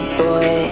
boy